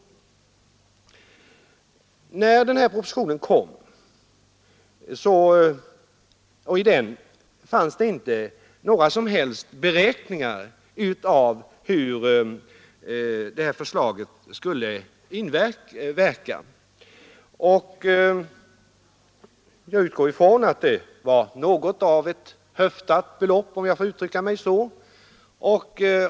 I den framlagda propositionen fanns inga beräkningar av hur detta förslag skulle verka; jag utgår från att det var något av ett ”höftat” belopp, om jag får uttrycka mig så.